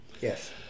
yes